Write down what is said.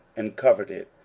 and covered it,